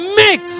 make